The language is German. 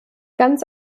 ganz